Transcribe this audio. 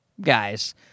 Guys